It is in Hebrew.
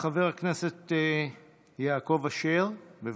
חבר הכנסת יעקב אשר, בבקשה.